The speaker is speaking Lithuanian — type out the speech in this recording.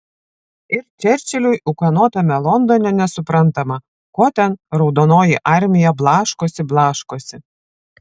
ir čerčiliui ūkanotame londone nesuprantama ko ten raudonoji armija blaškosi blaškosi